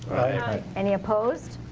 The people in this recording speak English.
aye. any opposed?